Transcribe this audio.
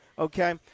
Okay